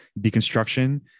deconstruction